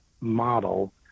model